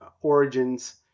origins